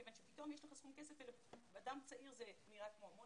כיוון שפתאום יש לך סכום כסף ולאדם צעיר זה נראה כמו המון